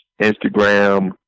Instagram